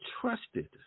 trusted